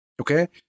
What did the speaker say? okay